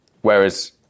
Whereas